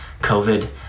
covid